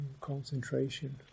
concentration